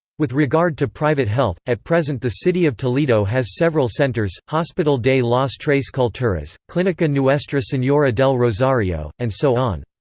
with regard to private health, at present the city of toledo has several centres hospital de las tres culturas, clinica nuestra senora del rosario, and so on.